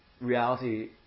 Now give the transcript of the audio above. reality